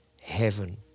heaven